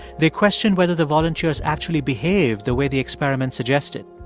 they question whether the volunteers actually behaved the way the experiment suggested.